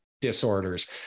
disorders